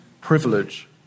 privilege